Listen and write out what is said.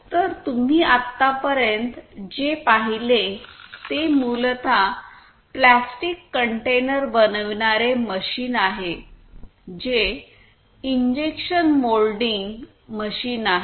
तर तुम्ही आत्तापर्यंत जे पाहिले ते मूलतः प्लास्टिक कंटेनर बनविणारे मशीन आहे जे इंजेक्शन मोल्डिंग मशीन आहे